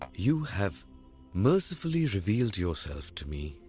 you have mercifully revealed yourself to me,